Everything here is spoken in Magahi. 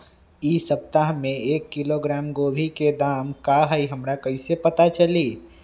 इ सप्ताह में एक किलोग्राम गोभी के दाम का हई हमरा कईसे पता चली?